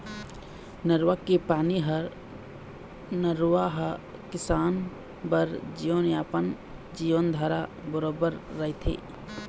नरूवा के पानी ह नरूवा ह किसान बर जीवनयापन, जीवनधारा बरोबर रहिथे